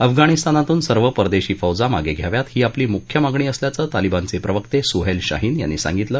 अफगाणिस्तानातून सर्व परदर्धी फौजा मागरियाव्यात ही आपली मुख्य मागणी असल्याचं तालिबानच प्रवक्त मुहैल शाहीन यांनी सांगितलं